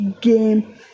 game